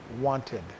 wanted